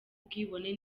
ubwibone